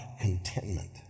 contentment